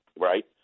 right